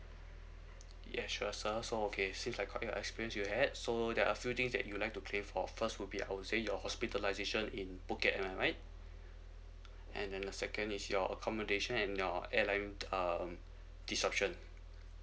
yes sure sir so okay since that's quite an experience you had so that are few things that you like to claim for first would be I would say your hospitalisation in phuket am I right and then the second is your accommodation and your airline um disruption